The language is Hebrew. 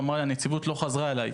שאמר לי: הנציבות לא חזרה אליי.